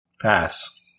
Pass